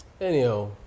anyhow